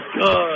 good